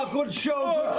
ah good show!